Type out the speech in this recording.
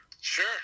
Sure